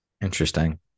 Interesting